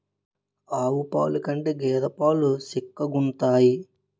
ఆవు పాలు కంటే గేద పాలు సిక్కగుంతాయి